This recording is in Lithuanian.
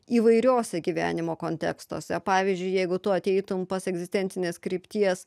įvairiose gyvenimo kontekstuose pavyzdžiui jeigu tu ateitum pas egzistencinės krypties